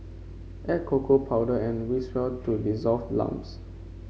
add cocoa powder and whisk well to dissolve lumps